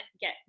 get